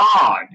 God